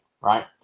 right